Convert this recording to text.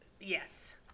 Yes